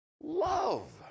Love